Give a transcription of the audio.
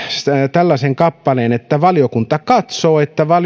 tällaisen kappaleen valiokunta katsoo että